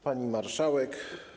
Pani Marszałek!